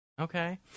Okay